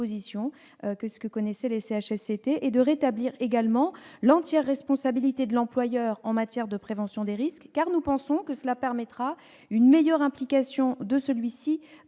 dont se prévalaient les CHSCT et de rétablir l'entière responsabilité de l'employeur en matière de prévention des risques, car nous pensons que cela permettra une meilleure implication de celui-ci